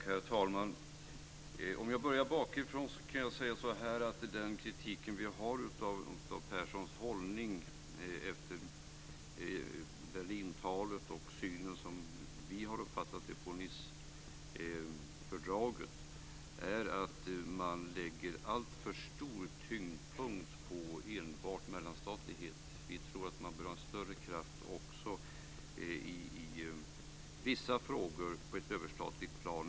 Herr talman! Jag börjar bakifrån med frågorna. Den kritik vi har mot Göran Perssons hållning efter Berlintalet och synen på Nicefördraget, som vi har uppfattat det, är att man lägger alltför stor tyngdpunkt på enbart mellanstatlighet. Vi tror att man i vissa frågor bör ha en större kraft på överstatligt plan.